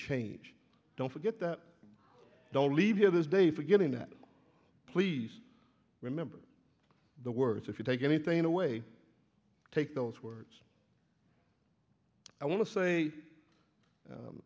change don't forget that don't leave here this day forgetting that please remember the words if you take anything away take those words i want to say